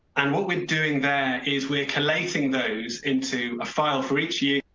and what we're doing there is we're collecting those into a file for each year.